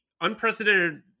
unprecedented